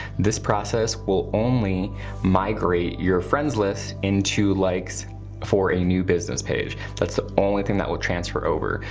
this process will only migrate your friends list into likes for a new business page. that's the only thing that will transfer over.